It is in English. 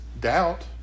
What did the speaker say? doubt